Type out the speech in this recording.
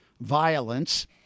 violence